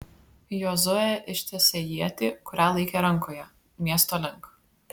jozuė ištiesė ietį kurią laikė rankoje miesto link